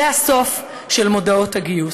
זה הסוף של מודעות הגיוס.